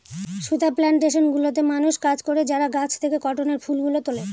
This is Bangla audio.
সুতা প্লানটেশন গুলোতে মানুষ কাজ করে যারা গাছ থেকে কটনের ফুল গুলো তুলে